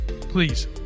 please